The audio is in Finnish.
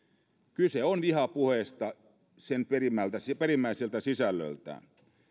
kyse on vihapuheesta sen perimmäiseltä sen perimmäiseltä sisällöltään